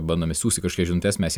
bandom siųsti kažkokias žinutes mes